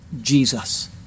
Jesus